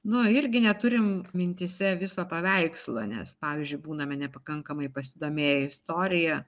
nu irgi neturim mintyse viso paveikslo nes pavyzdžiui būname nepakankamai pasidomėję istorija